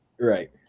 right